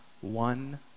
one